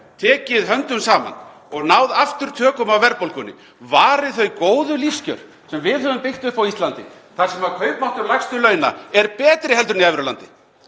tekið höndum saman og náð aftur tökum á verðbólgunni, varið þau góðu lífskjör sem við höfum byggt upp á Íslandi þar sem kaupmáttur lægstu launa er betri en í evrulandi,